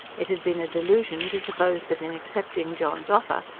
it had been a delusion to suppose that, in accepting john's offer,